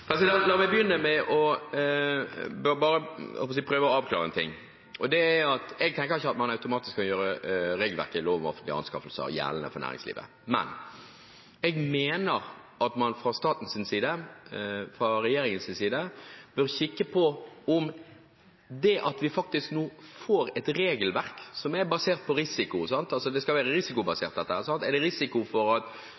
La meg begynne med å prøve å avklare en ting. Det er at jeg tenker ikke at man automatisk skal gjøre regelverket i lov om offentlige anskaffelser gjeldende for næringslivet, men jeg mener at man fra statens side, fra regjeringens side, bør kikke på det at vi faktisk nå får et regelverk som er basert på risiko, at det skal være